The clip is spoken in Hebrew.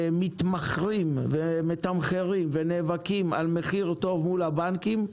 ומתמחרים ונאבקים על מחיר טוב מול הבנקים,